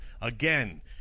Again